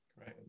Right